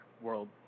world